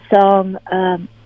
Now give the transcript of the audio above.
song